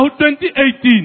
2018